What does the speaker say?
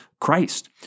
Christ